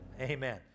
Amen